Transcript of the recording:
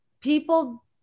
people